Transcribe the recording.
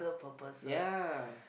yeah